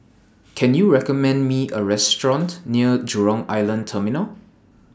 Can YOU recommend Me A Restaurant near Jurong Island Terminal